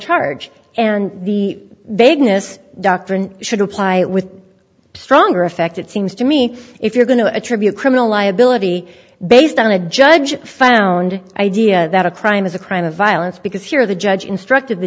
charge and the vagueness doctrine should apply it with stronger effect it seems to me if you're going to attribute criminal liability based on a judge found idea that a crime is a crime of violence because here the judge instructed the